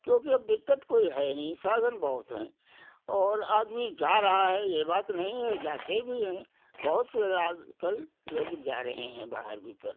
क्योंकि अब दिक्कत कोई है नहीं साधन बहुत हैं और आदमी जा रहा है ये बात नहीं है जाते भी हैं बहुत से आज कल लोग जा रहे हैं बाहर भीतर